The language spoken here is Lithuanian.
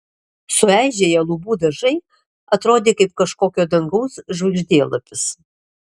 sueižėję lubų dažai atrodė kaip kažkokio dangaus žvaigždėlapis